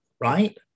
right